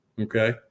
Okay